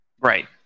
Right